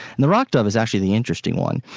and the rock dove is actually the interesting one.